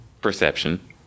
perception